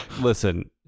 Listen